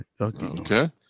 Okay